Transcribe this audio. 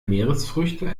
meeresfrüchte